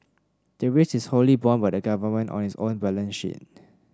the risk is wholly borne by the government on its own balance sheet